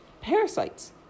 parasites